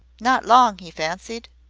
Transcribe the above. not long, he fancied?